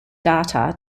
data